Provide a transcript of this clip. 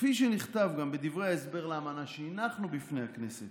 כפי שנכתב גם בדברי ההסבר שהנחנו בפני הכנסת,